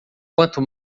quanto